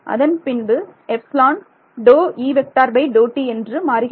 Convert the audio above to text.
அதன்பின்பு என்று மாறுகிறது